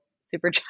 super